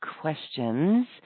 questions